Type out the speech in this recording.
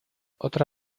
otra